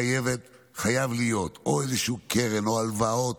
חייבת להיות איזושהי קרן או הלוואות